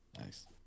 Nice